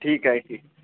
ठीक आहे ठी